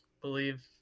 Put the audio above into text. believe